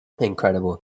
incredible